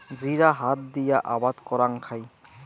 জিরা হাত দিয়া আবাদ করাং খাই